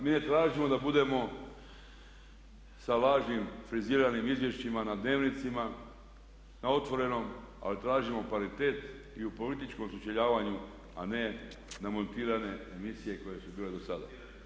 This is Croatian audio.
Mi ne tražimo da budemo sa lažnim friziranim izvješćima na Dnevnicima, na Otvorenom ali tražimo kvalitet i u političkom sučeljavanju a ne na montirane emisije koje su bile do sada.